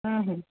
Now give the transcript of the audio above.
ହଁ ହଁ